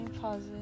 pause